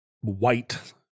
white